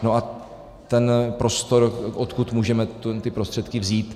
A ten prostor, odkud můžeme ty prostředky vzít?